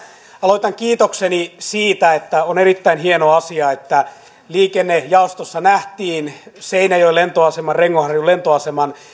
aloitan kiitokseni siitä että on erittäin hieno asia että liikennejaostossa nähtiin seinäjoen lentoaseman rengonharjun lentoaseman